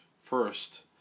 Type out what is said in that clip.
first